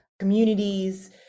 communities